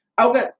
Okay